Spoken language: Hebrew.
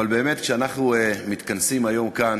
אבל באמת, כשאנחנו מתכנסים היום כאן